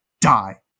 die